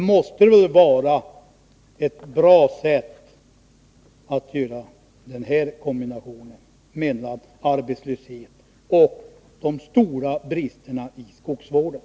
Nog måste det vara ett bra sätt, att göra den här kombinationen mellan arbetslöshet och de stora bristerna i skogsvården.